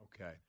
Okay